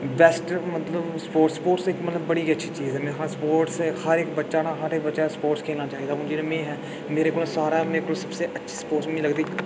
best मतलब sports sports इक बड़ी गै अच्छी चीज़ है स्पोर्ट्स न हर इक बच्चा हर इक बच्चा ने ना स्पोर्टस खेढना चाहिदा हून मतलब के मेरा कोला सारा मेरे कोल सबसे अच्छी स्पोर्टस जेहड़ी है मिं लगदी